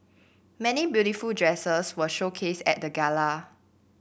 many beautiful dresses were showcased at the gala